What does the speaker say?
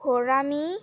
ঘরামি